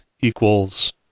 equals